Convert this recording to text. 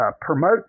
promote